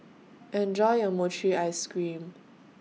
Enjoy your Mochi Ice Cream